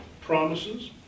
promises